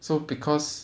so because